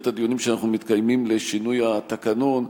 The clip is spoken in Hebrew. הדיונים שאנחנו מקיימים לשינוי התקנון,